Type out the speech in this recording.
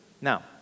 Now